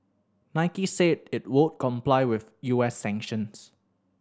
Nike said it would comply with U S sanctions